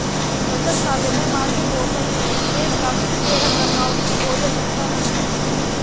बचत खाते में मासिक औसत शेष राशि के रख रखाव की कोई आवश्यकता नहीं